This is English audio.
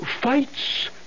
fights